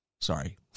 Sorry